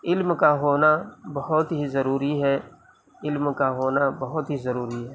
علم کا ہونا بہت ہی ضروری ہے علم کا ہونا بہت ہی ضروری ہے